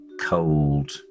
cold